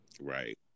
Right